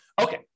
Okay